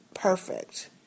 Perfect